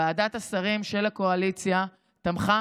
ועדת השרים של הקואליציה תמכה.